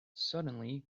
suddenly